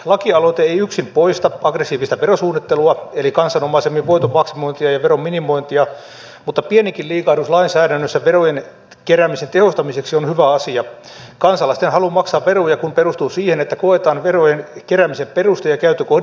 lakialoite ei yksin poista aggressiivista verosuunnittelua eli kansanomaisemmin voiton maksimointia ja veron minimointia mutta pienikin liikahdus lainsäädännössä verojen keräämisen tehostamiseksi on hyvä asia kansalaisten halu maksaa veroja kun perustuu siihen että koetaan verojen keräämisen peruste ja käyttökohde oikeudenmukaisiksi